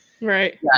Right